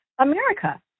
America